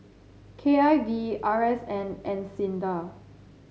K I V R S N and SINDA